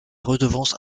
redevances